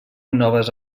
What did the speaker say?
noves